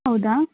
ಹೌದಾ